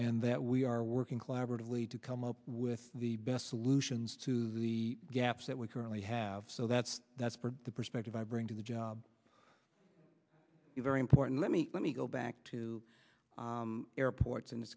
and that we are working collaboratively to come up with the best solutions to the gaps that we currently have so that's that's the perspective i bring to the job is very important let me let me go back to airports and